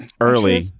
Early